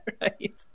Right